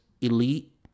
elite